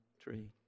tree